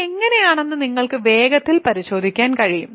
അത് അങ്ങനെയാണെന്ന് നിങ്ങൾക്ക് വേഗത്തിൽ പരിശോധിക്കാൻ കഴിയും